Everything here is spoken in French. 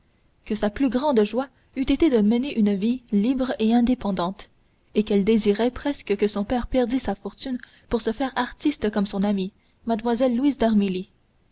que sa plus grande joie eût été de mener une vie libre et indépendante et qu'elle désirait presque que son père perdît sa fortune pour se faire artiste comme son amie mlle louise